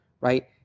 right